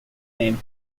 name